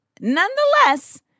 nonetheless